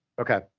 Okay